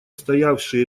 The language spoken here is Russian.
стоявший